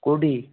କେଉଁଠି